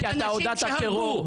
כי אתה עודדת טרור.